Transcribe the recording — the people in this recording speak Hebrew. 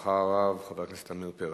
ואחריו, חבר הכנסת עמיר פרץ.